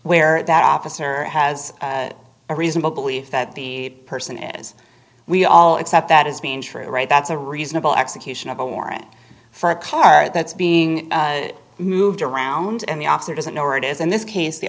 where that officer has a reasonable belief that the person is we all accept that as being true right that's a reasonable execution of a warrant for a car that's being moved around and the officer doesn't know where it is in this case the